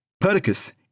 Perdiccas